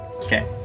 Okay